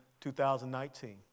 2019